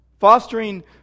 fostering